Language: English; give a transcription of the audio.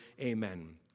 amen